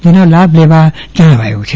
જેનો લાભ લેવા જણાવાયું છે